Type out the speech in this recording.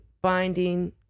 binding